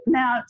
now